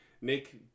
Nick